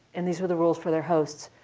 and these were the rules for their hosts.